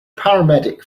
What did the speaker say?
paramedic